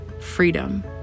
freedom